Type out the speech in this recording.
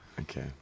Okay